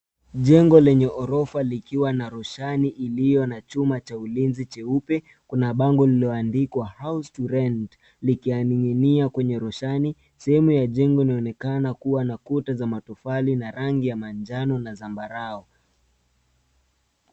Jengo lenye orofa likiwa na roshani iliyo na chuma cha ulinzi cheupe. Kuna bango lililoandikwa house to rent likiyaning'inia kwenye roshani. Sehemu ya jengo inaonekana kuwa na kuta za matofali na rangi ya manjano na zambarau.